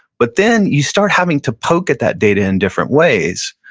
but then you start having to poke at that data in different ways.